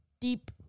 deep